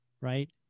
Right